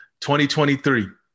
2023